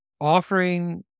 offering